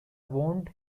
wound